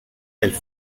elles